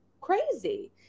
crazy